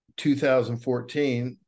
2014